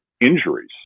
injuries